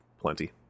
plenty